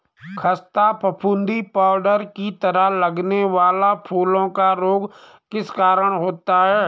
खस्ता फफूंदी पाउडर की तरह लगने वाला फूलों का रोग किस कारण होता है?